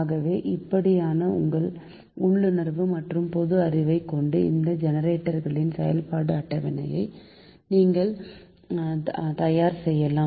ஆக இப்படியாக உங்கள் உள்ளுணர்வு மற்றும் பொதுஅறிவை கொண்டு இந்த ஜெனெரேட்டர்களின் செயல்பாட்டு அட்டவணையை நீங்கள் தயார்செய்யலாம்